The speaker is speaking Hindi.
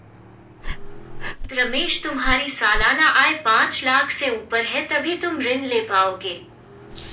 रमेश तुम्हारी सालाना आय पांच लाख़ से ऊपर है तभी तुम ऋण ले पाओगे